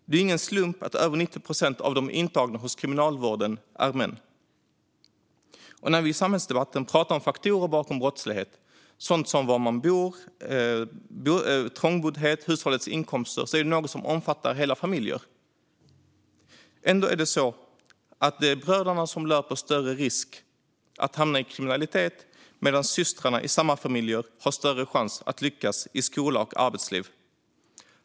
Det är ingen slump att över 90 procent av de intagna hos Kriminalvården är män. När vi i samhällsdebatten pratar om faktorer bakom brottslighet, sådant som var man bor, trångboddhet och hushållets inkomster, är det något som omfattar hela familjer. Ändå är det bröderna som löper större risk att hamna i kriminalitet, medan systrarna i samma familjer har större chanser att lyckas i skola och arbetsliv.